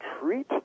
treat